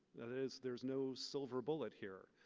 that is, there's no silver bullet here.